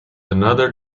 another